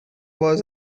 was